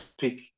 pick